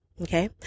Okay